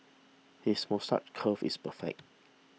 his moustache curl is perfect